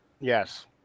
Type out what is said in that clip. yes